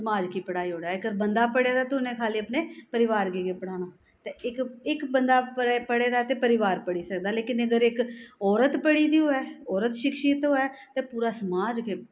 समाज गी पढ़ाई ओड़ेआ इक बंदा पढ़े दा ते उ'न्ने खा'ल्ली अपने परिवार गी गै पढ़ाना ते इक इक बंदा पढ़े दा ते परिवार पढ़ी सकदा लेकिन अगर इक औरत पढ़ी दी होऐ औरत शिक्षित होऐ ते पूरा समाज